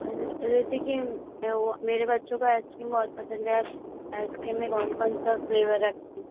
और और जैसे कि वो मेरे बच्चों को आइसक्रीम बहुत पसंद है आप आइसक्रीम में कौन कौन सा फ्लेवर रखें